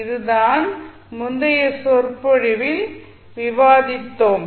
இதுதான் முந்தைய சொற்பொழிவில் விவாதித்தோம்